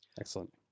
Excellent